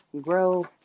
grow